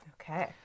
Okay